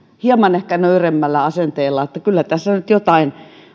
hieman nöyremmällä asenteella että kyllä tässä nyt jotain